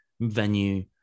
venue